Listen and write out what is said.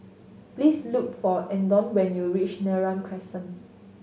please look for Andon when you reach Neram Crescent